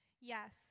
Yes